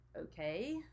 okay